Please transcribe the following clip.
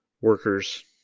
Workers